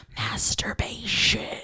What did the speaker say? masturbation